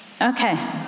Okay